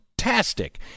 Fantastic